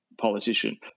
politician